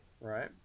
right